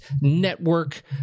network